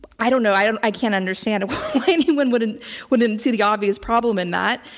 i don't know, i um i can't understand why anyone wouldn't wouldn't see the obvious problem in that.